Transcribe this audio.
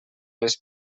les